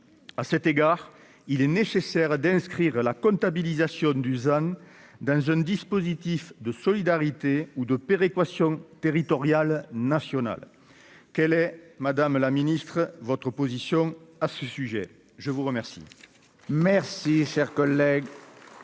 à cet égard, il est nécessaire d'inscrire la comptabilisation Dusan d'un jeune dispositif de solidarité ou de péréquation territoriale nationale quel est madame la Ministre votre position à ce sujet, je vous remercie. Merci, cher collègue.